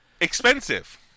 expensive